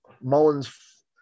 Mullins